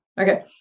Okay